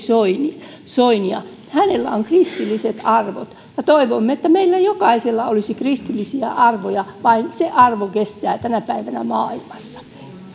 soinia hänellä on kristilliset arvot ja toivon että meillä jokaisella olisi kristillisiä arvoja vain se arvo kestää tänä päivänä maailmassa